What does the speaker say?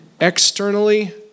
Externally